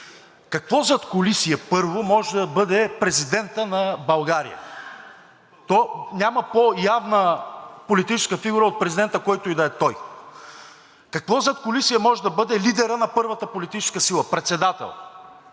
Какво задкулисие първо може да бъде президентът на България? То няма по-явна политическа фигура от президента, който и да е той. Какво задкулисие може да бъде лидерът на първата политическа сила? Председател!